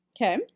Okay